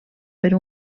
per